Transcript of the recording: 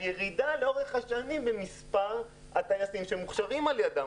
ירידה לאורך השנים במספר הטייסים שמוכשרים על ידם,